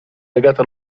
legata